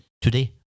today